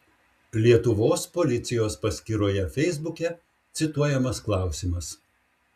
lietuvos policijos paskyroje feisbuke cituojamas klausimas